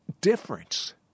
difference